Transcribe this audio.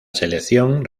selección